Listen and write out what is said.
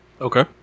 okay